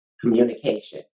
communication